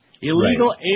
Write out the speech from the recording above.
illegal